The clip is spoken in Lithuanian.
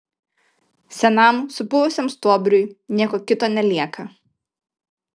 senam supuvusiam stuobriui nieko kito nelieka